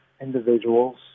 individuals